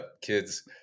Kids